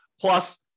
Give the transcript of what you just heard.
Plus